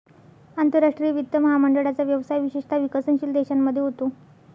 आंतरराष्ट्रीय वित्त महामंडळाचा व्यवसाय विशेषतः विकसनशील देशांमध्ये होतो